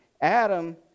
Adam